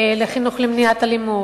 לחינוך למניעת אלימות,